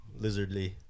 lizardly